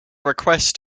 request